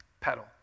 pedal